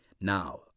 now